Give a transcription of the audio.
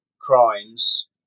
crimes